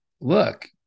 look